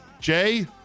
Jay